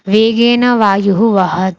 वेगेन वायुः वहति